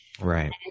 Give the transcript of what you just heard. Right